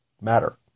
matter